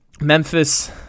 Memphis